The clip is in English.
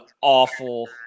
awful